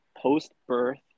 Post-birth